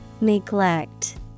neglect